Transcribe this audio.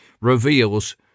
reveals